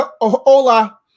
hola